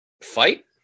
fight